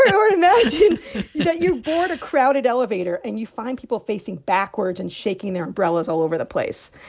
or and or imagine that you board a crowded elevator, and you find people facing backwards and shaking their umbrellas all over the place.